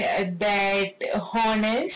you mean err that honest